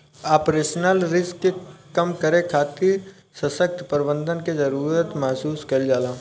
operational risk के कम करे खातिर ससक्त प्रबंधन के जरुरत महसूस कईल जाला